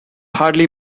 hardly